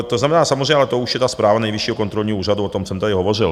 To znamená samozřejmě ale to už je ta zpráva Nejvyššího kontrolního úřadu, o tom jsem tady hovořil.